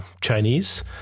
Chinese